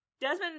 Desmond